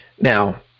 Now